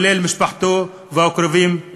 כולל משפחתו והקרובים אליו.